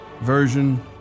version